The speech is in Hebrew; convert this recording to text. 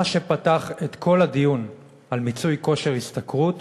מה שפתח את כל הדיון על מיצוי כושר השתכרות